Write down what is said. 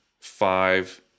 five